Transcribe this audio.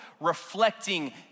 reflecting